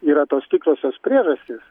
yra tos tikrosios priežastys